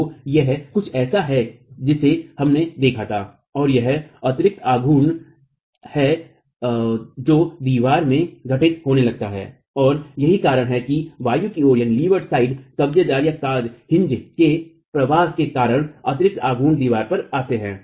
तो यह कुछ ऐसा है जिसे हमने देखा था और यह अितिरक्त आघूर्ण हैं जो दीवार में घटित होने लगते हैं और यही कारण है कि वायु की ओर कब्जेदारकाजहिन्ज के प्रवास के कारण अितिरक्त आघूर्ण दीवार पर आते हैं